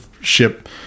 ship